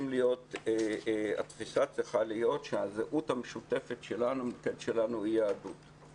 התפיסה צריכה להיות שהזהות המשותפת שלנו היא יהדות.